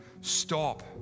stop